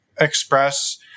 express